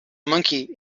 monkey